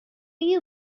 you